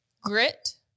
Grit